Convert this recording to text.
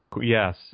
Yes